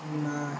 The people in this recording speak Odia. ନା